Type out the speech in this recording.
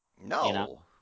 No